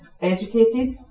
educated